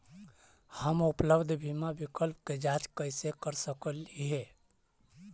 हम उपलब्ध बीमा विकल्प के जांच कैसे कर सकली हे?